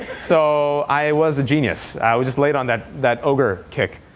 so i was a genius. i was just late on that that ogre cake.